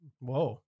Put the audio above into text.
whoa